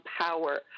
power